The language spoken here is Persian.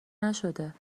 نشده